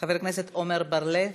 חבר הכנסת עמר בר-לב,